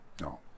No